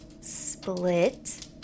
split